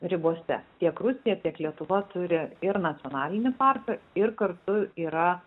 ribose tiek rusija tiek lietuva turi ir nacionalinį parką ir kartu yra